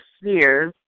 spheres